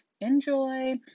enjoy